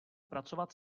pracovat